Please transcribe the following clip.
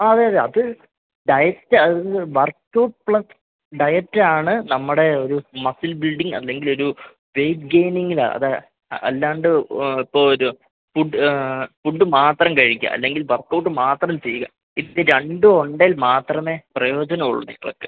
ആ അതെ അതെ അത് ഡയറ്റ് അത് വർക്കൗട്ട് പ്ലസ് ഡയറ്റാണ് നമ്മുടെ ഒരു മസിൽ ബിൽഡിംഗ് അല്ലെങ്കിലൊരു വെയ്റ്റ് ഗെയ്നിംഗില് അത് അല്ലാതെ ഇപ്പോഴൊരു ഫുഡ് ഫുഡ്ഡ് മാത്രം കഴിക്കുക അല്ലെങ്കിൽ വർക്കൗട്ട് മാത്രം ചെയ്യുക ഇത് രണ്ടുമുണ്ടെങ്കില് മാത്രമേ പ്രയോജനമുള്ളൂ നിങ്ങള്ക്ക്